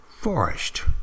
forest